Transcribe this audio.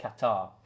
Qatar